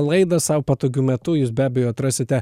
laidą sau patogiu metu jūs be abejo atrasite